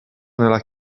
nella